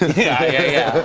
yeah, yeah.